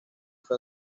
fue